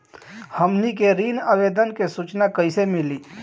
हमनी के ऋण आवेदन के सूचना कैसे मिली?